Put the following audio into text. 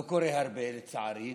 זה לא קורה הרבה, לצערי,